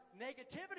negativity